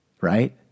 Right